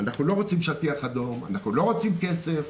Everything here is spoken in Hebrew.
אנחנו לא רוצים שטיח אדום, אנחנו לא רוצים כסף.